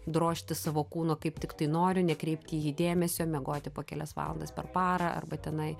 drožti savo kūno kaip tiktai noriu nekreipti į jį dėmesio miegoti po kelias valandas per parą arba tenai